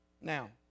Now